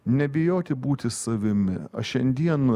nebijoti būti savimi aš šiandien